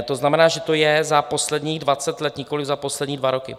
To znamená, že to je za posledních dvacet let, nikoliv za poslední dva roky.